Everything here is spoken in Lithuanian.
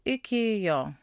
iki jo